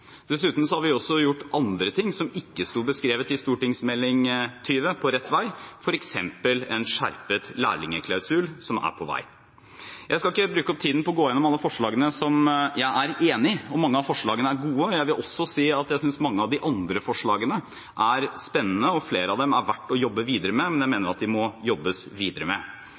Dessuten har vi gjort andre ting som ikke sto beskrevet i Meld. St. 20 for 2012–2013, På rett vei, f.eks. en skjerpet lærlingklausul, som er på vei. Jeg skal ikke bruke opp tiden på å gå gjennom alle forslagene som jeg er enig i. Mange av forslagene er gode, og jeg vil også si at mange av de andre forslagene er spennende, og flere av dem er verdt å jobbe videre med, men jeg